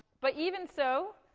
but even so,